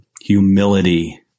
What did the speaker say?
humility